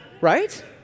right